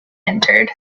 entered